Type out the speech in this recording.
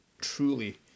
truly